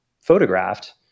photographed